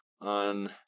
on